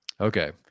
Okay